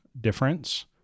difference